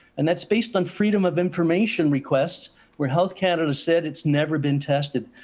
and that's based on freedom of information requests where health canada said it's never been tested.